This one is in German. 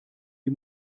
die